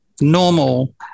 normal